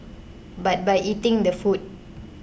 but by eating the food